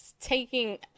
taking